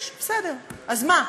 יש, בסדר, אז מה.